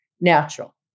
natural